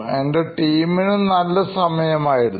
എൻറെ ടീമിനും നല്ല സമയമായിരുന്നു